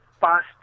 past